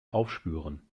aufspüren